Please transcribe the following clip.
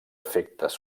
efectes